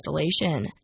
installation